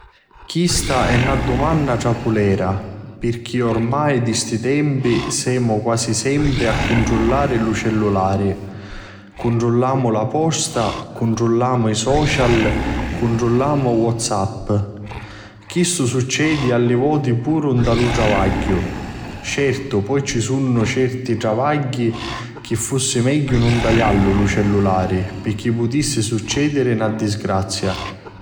Chista è na dumanna trapulera, pirchi ormai di sti tempi semu quasi sempri a cuntrullari lu cellulari, cuntrullamo la posta, cuntrullamo i social. cuntrullamo whatsappi. Chistu succedi a li voti puru nta lu travagghiu. Certu poi ci sunnu puru certi travagghi chi fussi megghiu nun taliallu lu cellulari pirchi putissi succediri na disgrazia.